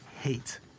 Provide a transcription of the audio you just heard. hate